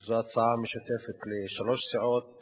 זו הצעה משותפת לשלוש סיעות,